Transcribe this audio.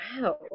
wow